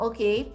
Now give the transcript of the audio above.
Okay